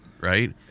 right